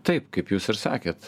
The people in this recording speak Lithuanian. taip kaip jūs ir sakėt